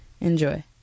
enjoy